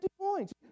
points